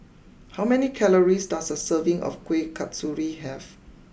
how many calories does a serving of Kuih Kasturi have